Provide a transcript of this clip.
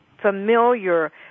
familiar